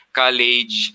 college